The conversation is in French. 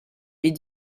est